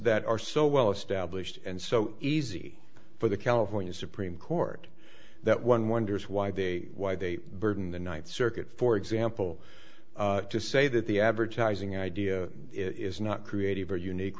that are so well established and so easy for the california supreme court that one wonders why they why they burden the ninth circuit for example to say that the advertising idea is not creative or unique